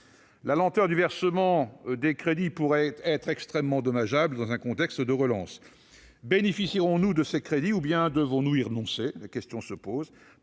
lenteur dans le versement des crédits pourrait s'avérer extrêmement dommageable dans un contexte de relance. Bénéficierons-nous de ces crédits, ou bien devrons-nous y renoncer ? Tablons-nous